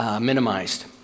minimized